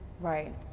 Right